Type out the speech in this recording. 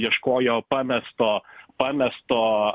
ieškojo pamesto pamesto